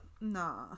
nah